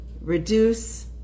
reduce